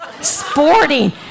Sporting